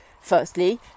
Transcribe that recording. firstly